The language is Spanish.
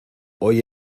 hoy